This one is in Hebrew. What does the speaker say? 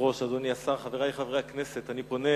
היושב-ראש, אדוני השר, חברי חברי הכנסת, אני פונה